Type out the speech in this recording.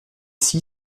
ici